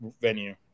venue